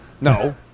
No